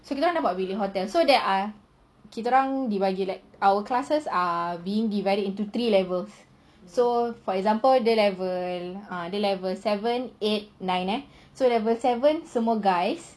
so kita orang dapat bilik hotel so there are kita orang dibagi like our classes are being divided into three levels so example dia level seven eight nine so level seven semua guys